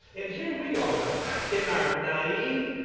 and here we are in our naive